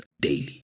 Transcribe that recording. daily